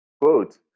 quote